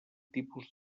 tipus